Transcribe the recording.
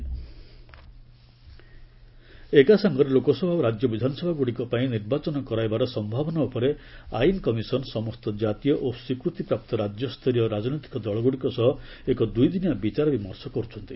ଲ commission polls ଏକ ସଙ୍ଗରେ ଲୋକସଭା ଓ ରାଜ୍ୟ ବିଧାନସଭାଗୁଡ଼ିକ ପାଇଁ ନିର୍ବାଚନ କରାଇବାର ସମ୍ଭାବନା ଉପରେ ଆଇନ କମିଶନ୍ ସମସ୍ତ କାତୀୟ ଓ ସ୍ୱୀକୃତିପ୍ରାପ୍ତ ରାଜ୍ୟସ୍ତରୀୟ ରାଜନୈତିକ ଦଳଗ୍ରଡ଼ିକ ସହ ଏକ ଦୂଇଦିନିଆ ବିଚାର ବିମର୍ଷ କରୁଛନ୍ତି